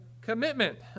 commitment